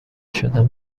شدم